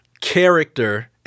character